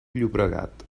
llobregat